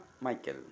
Michael